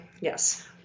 Yes